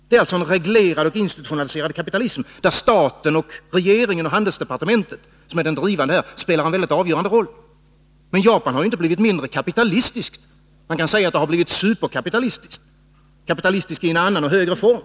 Det är en reglerad och institutionaliserad kapitalism, där staten, regeringen och handelsdepartementet, som är drivande här, spelar en mycket avgörande roll. Men Japan har för den skull inte blivit mindre kapitalistiskt. Man kan säga att det har blivit superkapitalistiskt — kapitalistiskt i en annan och högre form.